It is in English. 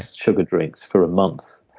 sugar drinks, for a month.